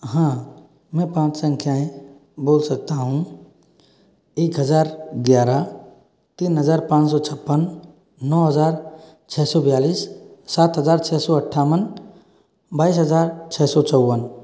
हाँ मैं पाँच संख्याएं बोल सकता हूँ एक हज़ार ग्यारह तीन हज़ार पाँच सौ छप्पन नौ हज़ार छः सौ बयालीस सात हज़ार छः सौ अट्ठावन बाईस हज़ार छह सौ चौवन